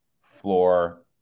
floor